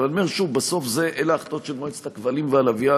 אבל בסוף אלה החלטות של מועצת הכבלים והלוויין,